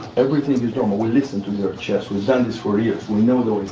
everything is normal, we listen to their chest we've done this for years, we know the way